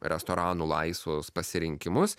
restoranų laisvus pasirinkimus